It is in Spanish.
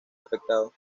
afectado